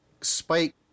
Spike